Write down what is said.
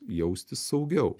jaustis saugiau